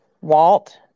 Walt